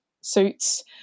suits